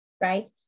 right